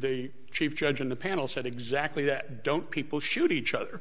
penn chief judge and the panel said exactly that don't people shoot each other